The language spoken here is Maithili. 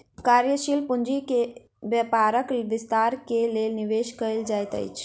कार्यशील पूंजी व्यापारक विस्तार के लेल निवेश कयल जाइत अछि